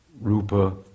rupa